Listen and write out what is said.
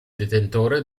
detentore